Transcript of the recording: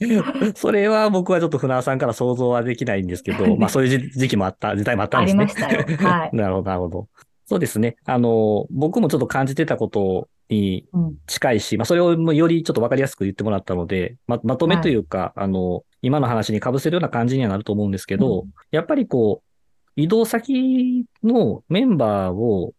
それは僕はちょっと船尾さんから想像はできないんですけど、 まあそういう時期もあった、時代もあったんですね。ありましたよ。はい。 なるほど、なるほど。そうですね。あの、僕もちょっと感じてたことに近いし、うん。まあそれをよりちょっとわかりやすく言ってもらったので、ま- まとめというか、はい。あの、今の話に被せるような感じにはなると思うんですけど、うん。やっぱりこう、移動先のメンバーを